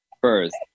first